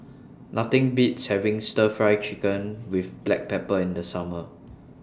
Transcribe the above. Nothing Beats having Stir Fry Chicken with Black Pepper in The Summer